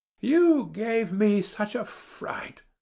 you gave me such a fright.